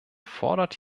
fordert